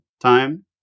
time